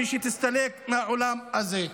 ושהיא תסתלק מהעולם הזה.